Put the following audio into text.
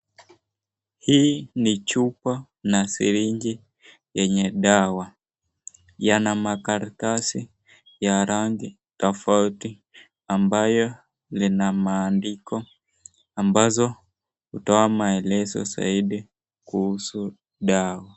Hii ni chupa na sirinji yenye dawa yana makatarasi ya rangi tofauti ambayo lina maandiko ambazo hutoa maelezo zaidi kuhusu dawa.